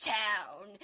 town